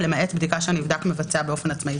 ולמעט בדיקה שהנבדק מבצע באופן עצמאי,".